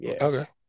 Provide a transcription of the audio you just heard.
Okay